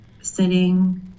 sitting